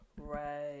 right